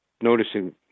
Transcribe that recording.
noticing